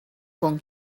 con